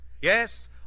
Yes